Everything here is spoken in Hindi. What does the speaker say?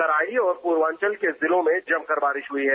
तराई और पूर्वाचल के जिलों में जमकर बारिश हुई है